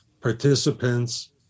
participants